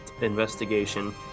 investigation